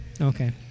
Okay